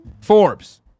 Forbes